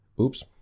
Oops